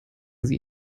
sie